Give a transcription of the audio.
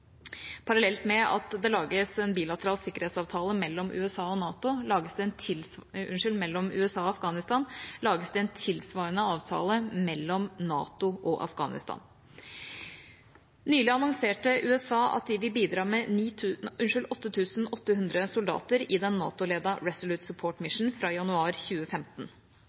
Parallelt med at det lages en bilateral sikkerhetsavtale mellom USA og Afghanistan, lages det en tilsvarende avtale mellom NATO og Afghanistan. Nylig annonserte USA at de vil bidra med 8 800 soldater i den NATO-ledete Resolute Support mission fra januar 2015.